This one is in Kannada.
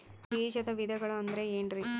ಬೇಜದ ವಿಧಗಳು ಅಂದ್ರೆ ಏನ್ರಿ?